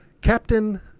Captain